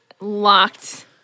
Locked